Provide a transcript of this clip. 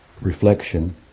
reflection